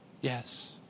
Yes